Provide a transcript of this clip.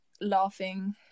laughing